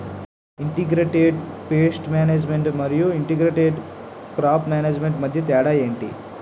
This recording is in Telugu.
ఇంటిగ్రేటెడ్ పేస్ట్ మేనేజ్మెంట్ మరియు ఇంటిగ్రేటెడ్ క్రాప్ మేనేజ్మెంట్ మధ్య తేడా ఏంటి